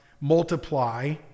multiply